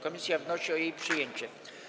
Komisja wnosi o jej przyjęcie.